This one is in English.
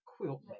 quilt